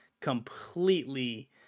completely